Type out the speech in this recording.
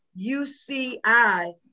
UCI